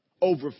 Over